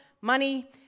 money